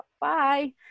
Bye